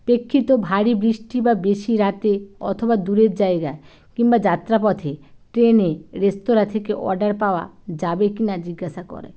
প্রেক্ষিত ভারী বৃষ্টি বা বেশি রাতে অথবা দূরের জায়গা কিম্বা যাত্রা পথে ট্রেনে রেস্তোরাঁ থেকে অর্ডার পাওয়া যাবে কি না জিজ্ঞাসা করে